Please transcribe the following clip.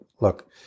look